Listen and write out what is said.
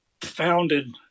founded